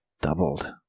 Doubled